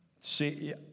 See